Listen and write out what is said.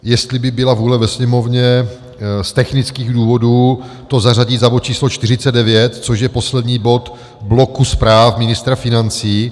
Jestli by byla vůle ve Sněmovně z technických důvodů to zařadit za bod číslo 49, což je poslední bod bloku zpráv ministra financí.